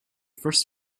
first